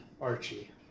Archie